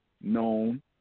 known